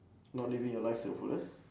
not living your life to the fullest